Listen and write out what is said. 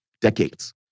decades